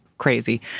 crazy